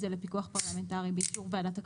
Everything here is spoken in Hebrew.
זה לפיקוח פרלמנטרי באישור וועדת הכלכלה.